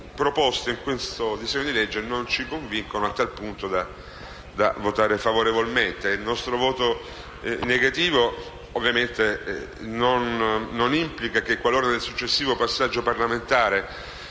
proposte in questo disegno di legge non ci convincono a tal punto da votare a favore. Nonostante il nostro voto negativo di oggi, ovviamente, qualora nel successivo passaggio parlamentare